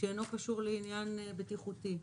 שאינו קשור לעניין בטיחותי.